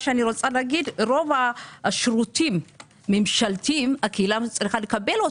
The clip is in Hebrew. רוב השירותים הממשלתיים הקהילה לא מצליחה לקבלם.